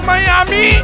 Miami